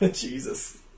Jesus